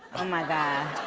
my god.